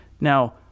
Now